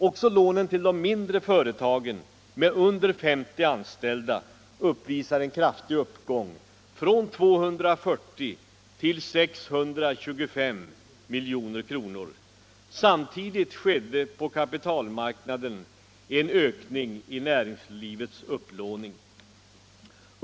Också lånen till de mindre företagen uppvisar en kraftig uppgång — från 240 till 625 miljoner kronor. Samtidigt skedde på kapitalmarknaden en ökning i näringslivets upplåning.